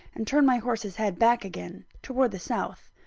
and turned my horse's head back again, towards the south.